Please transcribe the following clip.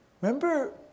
Remember